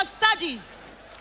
studies